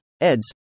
Eds